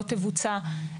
לא תבוצע.